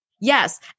Yes